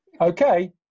okay